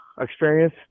experience